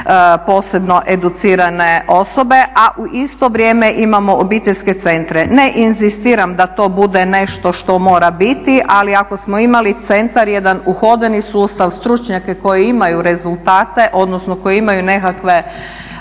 posebno educirane osobe. A u isto vrijeme imamo obiteljske centre. Ne inzistiram da to bude nešto što mora biti ali ako smo imali centar, jedan uhodani sustav, stručnjake koji imaju rezultate, odnosno koji imaju nekakva